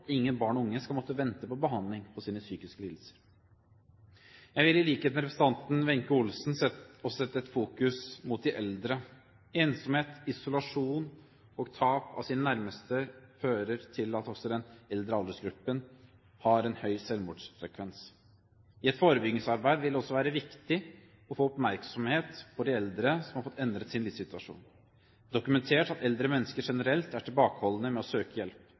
ingen barn og unge skal måtte vente på behandling for sine psykiske lidelser. Jeg vil, i likhet med representanten Wenche Olsen, også rette fokus mot de eldre. Ensomhet, isolasjon og tap av sine nærmeste fører til at også den eldre aldersgruppen har en høy selvmordsfrekvens. I et forebyggingsarbeid vil det også være viktig å få oppmerksomhet på de eldre som har fått endret sin livssituasjon. Det er dokumentert at eldre mennesker generelt er tilbakeholdne med å søke hjelp.